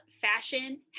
fashion